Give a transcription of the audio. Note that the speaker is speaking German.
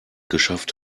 geschafft